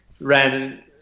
ran